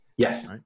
Yes